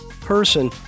person